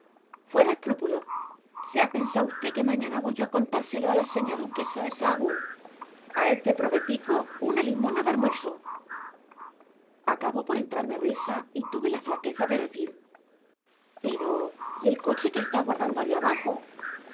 fuera escrúpulos se ha pensao usted que mañana voy yo a contárselo a la señá duquesa de sahagún a este probetico una limosna de armuerso acabó por entrarme risa y tuve la flaqueza de decir pero y el coche que está aguardando allá abajo